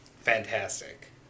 fantastic